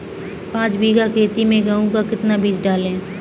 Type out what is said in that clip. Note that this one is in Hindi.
पाँच बीघा खेत में गेहूँ का कितना बीज डालें?